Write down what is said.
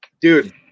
Dude